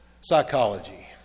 Psychology